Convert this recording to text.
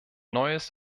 neues